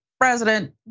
President